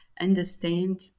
understand